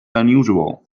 unusual